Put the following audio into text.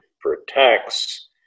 protects